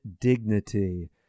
Dignity